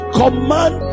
command